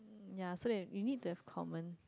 ya so they you need to have common